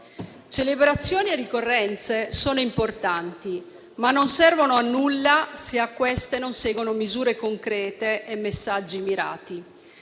Celebrazioni e ricorrenze sono importanti, ma non servono a nulla, se ad esse non seguono misure concrete e messaggi mirati.